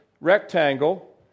rectangle